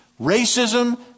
Racism